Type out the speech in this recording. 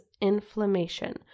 inflammation